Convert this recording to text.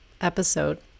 episode